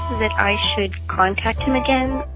that i should contact him again.